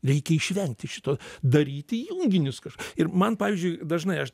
reikia išvengti šito daryti junginius kaž ir man pavyzdžiui dažnai aš